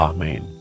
Amen